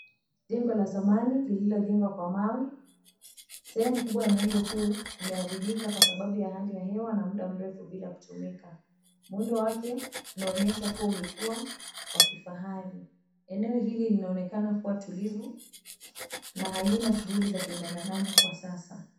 Jengo la zamani lililojengwa kwa mawe, sehemu kubwa ya muundo huu imearibika kwa sababu ya hali ya hewa na muda mrefu bila kutumika. Muundo wake unaonyesha kuwa ulikuwa wa kifahari. Eneo hili linaonekana kuwa tulivu na halina shughuli za kibinadamu kwa sasa.